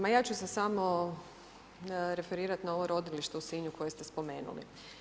Ma ja ću se samo referirati na ovo rodilište u Sinju koje ste spomenuli.